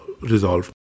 resolved